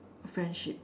friendship